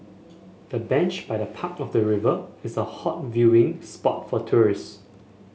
the bench by the park of the river is a hot viewing spot for tourists